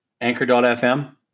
anchor.fm